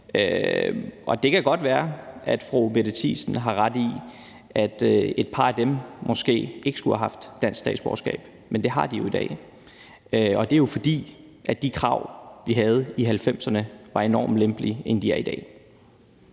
Det kan godt være, at fru Mette Thiesen har ret i, at et par af dem måske ikke skulle have haft dansk statsborgerskab, men det har de jo i dag, og det er jo, fordi de krav, vi havde i 1990'erne, var enormt lempelige i forhold til i dag.